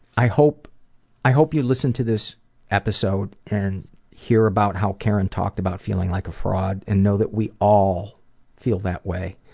i hope i hope you listen to this episode and hear about how karen talked about feeling like a fraud, and know that we all feel that way.